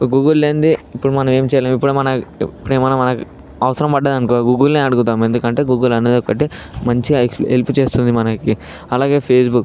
Google లేనిదే ఇప్పుడు మనం ఏం చేయలేం ఇప్పుడు మనం ఇప్పుడు ఏమన్నా మనకి అవసరం పడ్డది అనుకో గూగుల్ని అడుగుతాం ఎందుకంటే గూగుల్ అనేది ఒకటి మంచిగా హెల్ప్ చేస్తుంది మనకి అలాగే ఫేస్బుక్